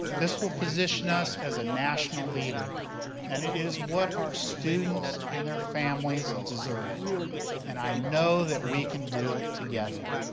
this will position us as a national leader and it is what our students and their families deserve and i know that we can do it together!